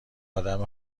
ادم